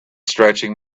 stretching